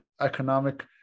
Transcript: economic